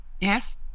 yes